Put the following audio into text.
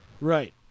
Right